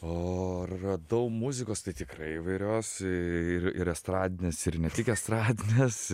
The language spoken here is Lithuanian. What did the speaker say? o radau muzikos tai tikrai įvairios ir ir estradinės ir ne tik estradinės